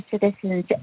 citizens